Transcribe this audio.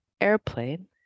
Airplane